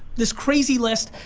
this crazy list.